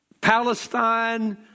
Palestine